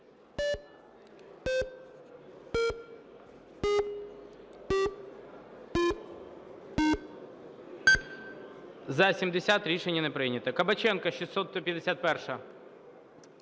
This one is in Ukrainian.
За-70 Рішення не прийнято. Кабаченко, 651-а.